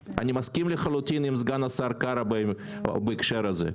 אני מסכים לחלוטין עם סגן השר קארה בהקשר הזה.